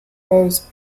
else